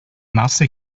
nasse